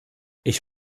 ich